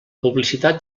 publicitat